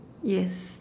yes